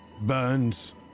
burns